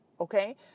okay